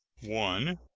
one.